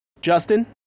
Justin